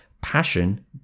Passion